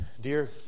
Dear